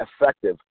effective